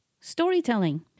storytelling